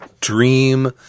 dream